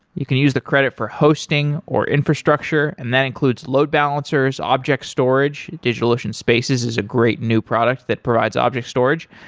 you can use the credit for hosting, or infrastructure and that includes load balancers, object storage, digitalocean spaces is a great new product that provides object storage,